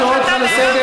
אני קורא אותך לסדר,